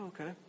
okay